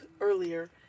earlier